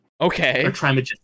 Okay